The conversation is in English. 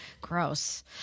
gross